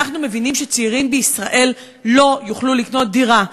אנחנו מבינים שצעירים בישראל לא יוכלו לקנות דירה.